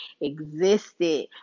existed